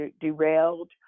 derailed